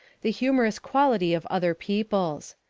the humorous quality of other peoples.